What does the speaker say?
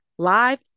live